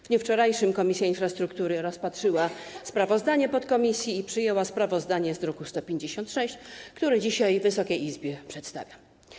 W dniu wczorajszym Komisja Infrastruktury rozpatrzyła sprawozdanie podkomisji i przyjęła sprawozdanie z druku nr 156, które dzisiaj Wysokiej Izbie przedstawiam.